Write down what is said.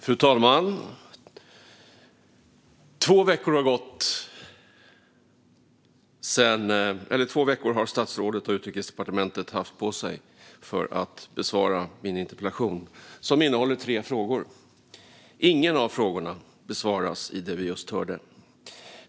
Fru talman! Två veckor har statsrådet och Utrikesdepartementet haft på sig att svara på min interpellation, som innehåller tre frågor. Ingen av frågorna besvarades i det som vi just hörde.